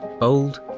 old